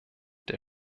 der